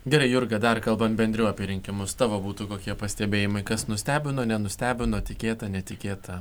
gerai jurga dar kalbant bendriau apie rinkimus tavo būtų kokie pastebėjimai kas nustebino nenustebino tikėta netikėta